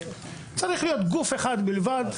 צריך להיות גוף אחד בלבד.